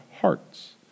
hearts